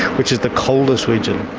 which is the coldest region.